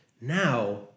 now